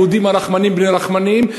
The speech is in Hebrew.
היהודים הרחמנים בני רחמנים,